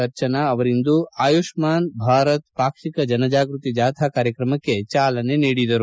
ಅರ್ಜನಾ ಅವರಿಂದು ಆಯುಷ್ನಾನ್ ಭಾರತ್ ಪಾಕ್ಷಿಕ ಜನ ಜಾಗ್ಟತಿ ಜಾಥಾ ಕಾರ್ಯಕ್ರಮಕ್ಕೆ ಚಾಲನೆ ನೀಡಿದರು